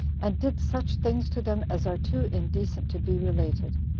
and did such things to them as are too indecent to be related.